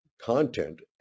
content